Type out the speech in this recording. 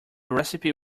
recipe